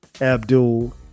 Abdul